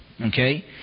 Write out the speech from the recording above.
Okay